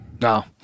No